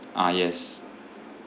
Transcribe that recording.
ah yes